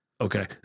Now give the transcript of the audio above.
Okay